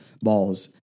balls